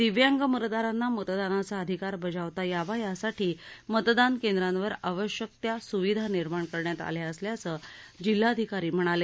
दिव्यांग मतदाराना मतदानाचा अधिकार बजावता यावा यासाठी मतदान केंद्रावर आवश्यकत्या सुविधा निर्माण करण्यात आल्या असल्याचे जिल्हाधिकारी म्हणाले